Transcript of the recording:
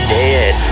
dead